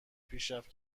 پیشرفت